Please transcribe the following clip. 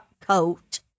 coat